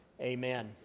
Amen